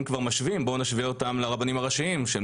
אם כבר משווים בואו נשווה אותם לרבנים הראשיים שהם